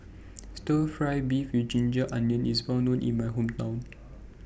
Stir Fry Beef with Ginger Onions IS Well known in My Hometown